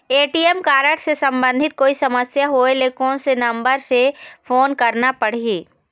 ATM card से संबंधित कोई समस्या होय ले, कोन से नंबर से फोन करना पढ़ही?